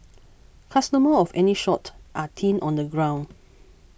customers of any sort are thin on the ground